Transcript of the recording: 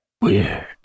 Weird